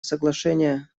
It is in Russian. соглашения